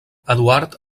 eduard